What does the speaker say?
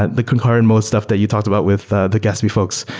ah the concurrent mode stuff that you talked about with the the gatsby folks,